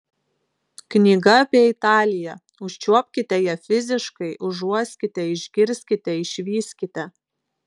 knyga apie italiją užčiuopkite ją fiziškai užuoskite išgirskite išvyskite